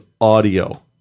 audio